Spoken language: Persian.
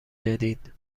جدید